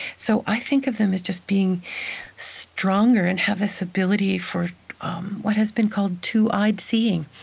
so i think of them as just being stronger and have this ability for um what has been called two-eyed seeing,